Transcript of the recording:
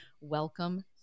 Welcome